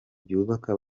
byubaka